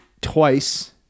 twice